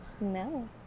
No